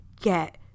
Get